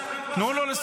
על מה את